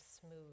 smooth